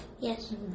Yes